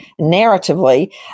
Narratively